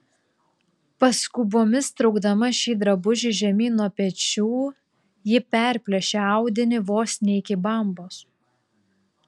paskubomis traukdama šį drabužį žemyn nuo pečių ji perplėšė audinį vos ne iki bambos